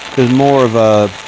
is more of a,